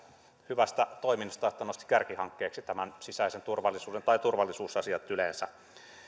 hyvästä toiminnasta kun hän nosti kärkihankkeeksi tämän sisäisen turvallisuuden tai turvallisuusasiat yleensä